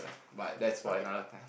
okay okay lah